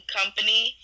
company